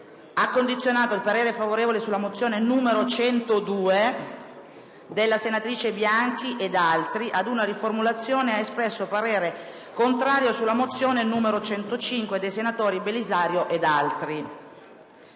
ha condizionato il parere favorevole sulla mozione n. 102, della senatrice Bianchi ed altri, ad una riformulazione ed ha espresso parere contrario sulla mozione n. 105, dei senatori Belisario ed altri.